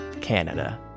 Canada